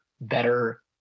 better